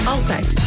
Altijd